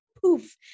poof